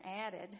added